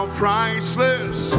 priceless